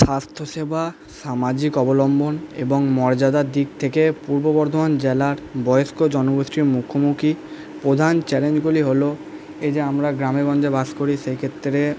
স্বাস্থ্য সেবা সামাজিক অবলম্বন এবং মর্যাদার দিক থেকে পূর্ব বর্ধমান জেলার বয়স্ক জনগোষ্ঠীর মুখোমুখি প্রধান চ্যালেঞ্জগুলি হল এই যে আমরা গ্রামে গঞ্জে বাস করি সেই ক্ষেত্রে